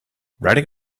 riding